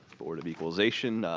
board of equalization,